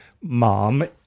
mom